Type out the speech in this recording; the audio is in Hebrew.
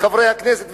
לחברי הכנסת,